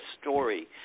story